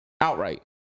outright